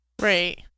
right